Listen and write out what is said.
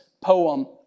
poem